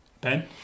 Ben